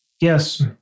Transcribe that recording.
Yes